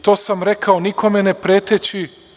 To sam rekao nikome ne preteći.